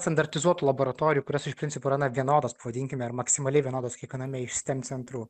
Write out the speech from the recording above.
standartizuotų laboratorijų kurios iš principo yra na vienodos pavadinkime ar maksimaliai vienodos kiekviename iš steam centrų